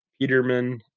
peterman